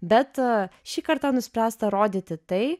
bet šį kartą nuspręsta rodyti tai